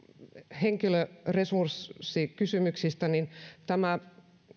henkilöresurssikysymyksestä tämä